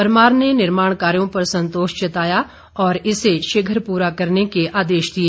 परमार ने निर्माण कार्यो पर संतोष जताया और इसे शीघ्र पूरा करने के आदेश दिए